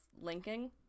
linking